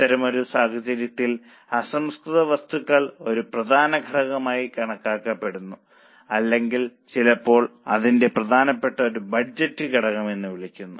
അത്തരമൊരു സാഹചര്യത്തിൽ അസംസ്കൃത വസ്തുക്കൾ ഒരു പ്രധാന ഘടകമായി കണക്കാക്കപ്പെടുന്നു അല്ലെങ്കിൽ ചിലപ്പോൾ അതിനെ പ്രധാനപ്പെട്ട ഒരു ബഡ്ജറ്റ് ഘടകം എന്നു വിളിക്കുന്നു